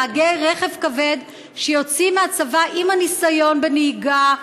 נהגי רכב כבד שיוצאים מהצבא עם הניסיון בנהיגה,